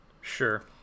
Sure